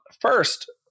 First